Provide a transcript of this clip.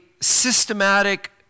systematic